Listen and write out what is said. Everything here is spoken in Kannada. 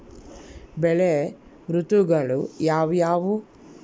ಬೆಳೆ ಋತುಗಳು ಯಾವ್ಯಾವು?